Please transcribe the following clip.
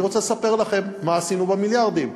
אני רוצה לספר לכם מה עשינו במיליארדים,